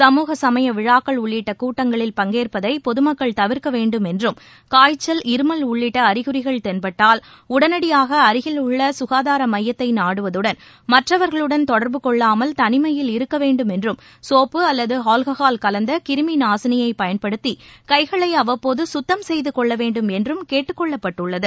சமூக சமயவிழாக்கள் உள்ளிட்டகூட்டங்களில் பங்கேற்பதைபொதுமக்கள் தவிர்க்கவேண்டும் என்றும் காய்ச்சல் உள்ளிட்டஅறிகுறிகள் தென்பட்டால் இருமல் உடனடியாகஅருகில் தொடர்பு உள்ளசுகாதாரமையத்தைநாடுவதுடன் மற்றவர்களுடன் கொள்ளாமல் தனிமையில் இருக்கவேண்டுமஎன்றும் சோப்பு அல்லதுஆல்கஹால் கலந்தகிருமிநாசினியைபயன்படுத்திகைகளைஅவ்வப்போதுசுத்தம் செய்தகொள்ளவேண்டும் என்றும் கேட்டுக்கொள்ளப்பட்டுள்ளது